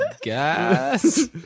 Gas